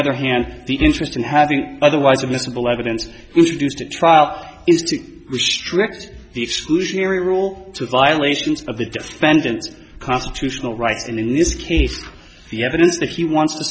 other hand the interest in having otherwise admissible evidence introduced at trial is to restrict the exclusionary rule to violations of the defendant's constitutional rights and in this case the evidence that he wants to